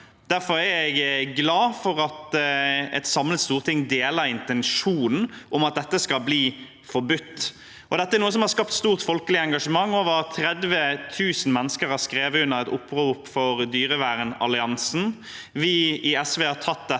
Derfor er jeg glad for at et samlet storting deler intensjonen om at dette skal bli forbudt. Dette er noe som har skapt stort folkelig engasjement. Over 30 000 mennesker har skrevet under på et opprop fra Dyrevernalliansen. Vi i SV har tatt dette